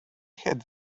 had